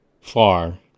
far